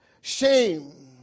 shame